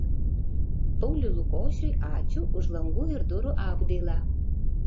pauliui lukošiui ačiū už langų ir durų apdailą